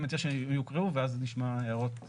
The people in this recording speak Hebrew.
אני מציע שהם יוקראו ואז נשמע הערות פרטניות.